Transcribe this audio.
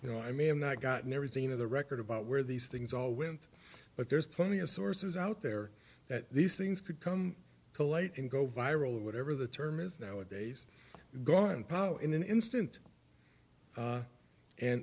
you know i may have not gotten everything of the record about where these things all went but there's plenty of sources out there that these things could come to light and go viral or whatever the term is now a days gone pow in an instant